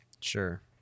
Sure